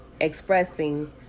expressing